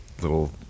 little